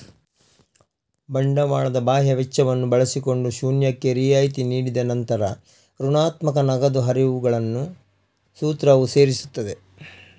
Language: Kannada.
ಬಂಡವಾಳದ ಬಾಹ್ಯ ವೆಚ್ಚವನ್ನು ಬಳಸಿಕೊಂಡು ಶೂನ್ಯಕ್ಕೆ ರಿಯಾಯಿತಿ ನೀಡಿದ ನಂತರ ಋಣಾತ್ಮಕ ನಗದು ಹರಿವುಗಳನ್ನು ಸೂತ್ರವು ಸೇರಿಸುತ್ತದೆ